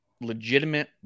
legitimate